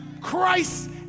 Christ